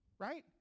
Right